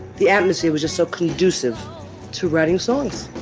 the atmosphere was just so conducive to writing songs.